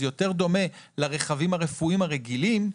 זה יותר דומה לרכבים הרפואיים הרגילים,